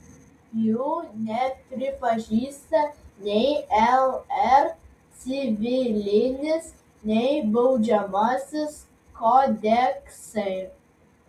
jų nepripažįsta nei lr civilinis nei baudžiamasis kodeksai